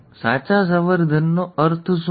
સાચા સંવર્ધનનો અર્થ શું છે